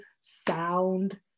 sound